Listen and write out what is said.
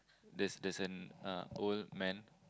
there's there's an old man